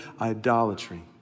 idolatry